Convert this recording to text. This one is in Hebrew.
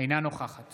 אינה נוכחת